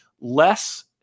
less